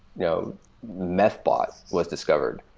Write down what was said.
you know methbot was discovered,